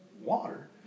water